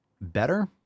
better